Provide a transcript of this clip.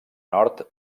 nord